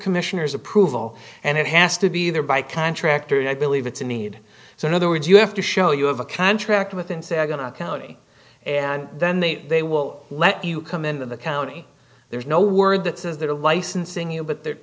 commissioners approval and it has to be there by contractor and i believe it's in need so in other words you have to show you have a contract within say going to a county and then they they will let you come in the county there's no word that says the licensing you but there